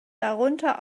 darunter